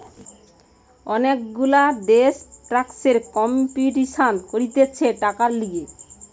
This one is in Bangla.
অনেক গুলা দেশ ট্যাক্সের কম্পিটিশান করতিছে টাকার লিগে